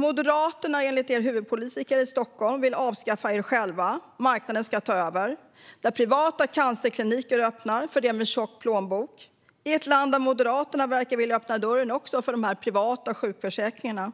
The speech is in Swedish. Moderaterna vill enligt deras huvudpolitiker i Stockholm avskaffa sig själva. Marknaden ska ta över. Privata cancerkliniker öppnar för dem med tjock plånbok. Vi lever i ett land där Moderaterna också verkar vilja öppna dörren för de privata sjukförsäkringarna.